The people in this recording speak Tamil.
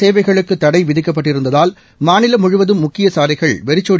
சேவைகளுக்கு தடைவிதிக்கப்பட்டிருந்ததால் மாநிலம் முழுவதும் முக்கிய சாலைகள் வெறிச்சோடி